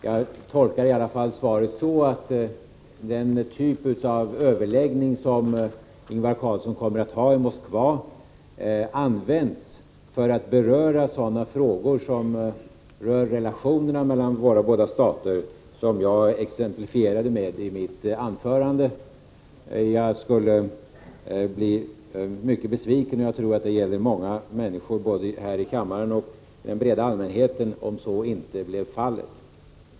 Jag tolkar i alla fall svaret så att den överläggning som Ingvar Carlsson kommer att ha i Moskva används för att ta upp sådana frågor som rör relationerna mellan våra båda stater och som jag exemplifierade i mitt anförande. Jag skulle bli mycket besviken, och jag tror att det gäller både många här i kammaren och den breda allmänheten, om så inte blev fallet.